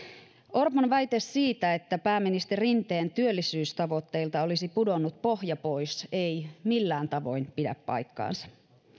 orpon väite siitä että pääministeri rinteen työllisyystavoitteilta olisi pudonnut pohja pois ei millään tavoin pidä paikkaansa